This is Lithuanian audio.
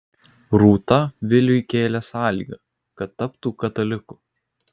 rūta viliui kėlė sąlygą kad taptų kataliku